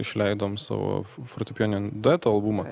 išleidome savo fo fortepijoninio dueto albumą